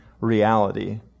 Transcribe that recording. reality